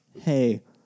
hey